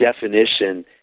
definition